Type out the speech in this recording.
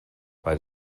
bei